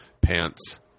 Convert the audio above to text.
pants